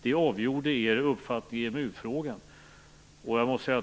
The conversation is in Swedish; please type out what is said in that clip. Det avgjorde er uppfattning i EMU frågan.